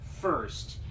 first